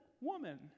woman